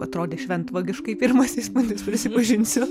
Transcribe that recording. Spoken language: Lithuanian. atrodė šventvagiškai pirmas įspūdis prisipažinsiu